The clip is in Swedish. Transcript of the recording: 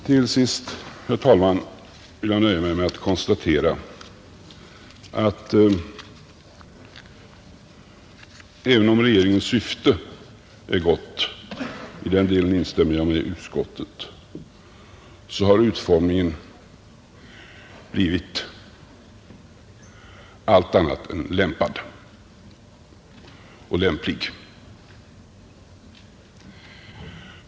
Till sist, herr talman, vill jag nöja mig med att konstatera att även om regeringens syfte är gott — i den delen instämmer jag med utskottet — så har utformningen av förslaget blivit allt annat än lämplig.